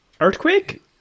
Earthquake